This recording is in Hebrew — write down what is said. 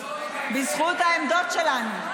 בזכות העמדות שלנו,